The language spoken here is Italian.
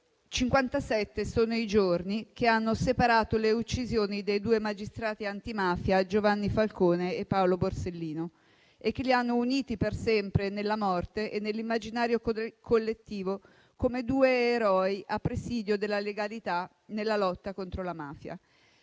sono i giorni che hanno separato le uccisioni dei due magistrati antimafia Giovanni Falcone e Paolo Borsellino e che li hanno uniti per sempre nella morte e nell'immaginario collettivo come due eroi a presidio della legalità nella lotta contro la mafia.